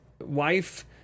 wife